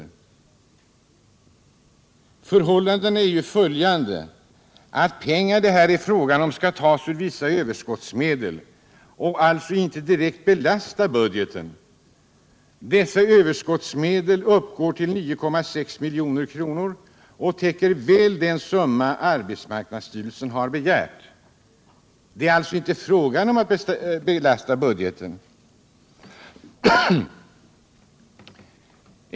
Förhållandena är ju följande: de pengar det här är fråga om skall tas ur vissa överskottsmedel och alltså inte direkt belasta budgeten. Dessa överskottsmedel uppgår till 9,6 milj.kr. och täcker väl den summa arbetsmarknadsstyrelsen har begärt. Det är alltså inte fråga om att belasta budgeten.